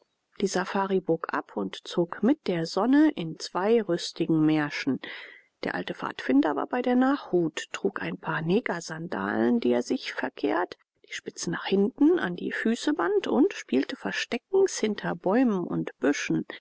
die safari bog ab und zog mit der sonne in zwei rüstigen märschen der alte pfadfinder war bei der nachhut trug ein paar negersandalen die er sich verkehrt die spitze nach hinten an die füße band und spielte versteckens hinter bäumen und büschen